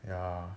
ya